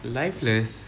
the lifeless